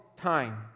time